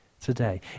today